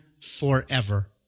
forever